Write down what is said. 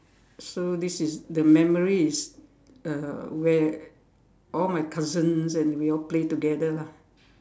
so this is the memory is uh where all my cousins and we all play together lah